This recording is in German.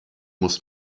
muss